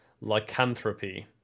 lycanthropy